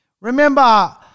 Remember